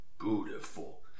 beautiful